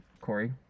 Corey